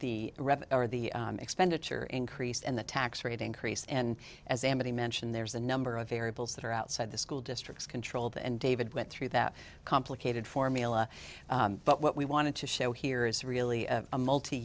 the or the expenditure increase and the tax rate increase and as amity mentioned there's a number of variables that are outside the school districts controlled and david went through that complicated formula but what we wanted to show here is really a multi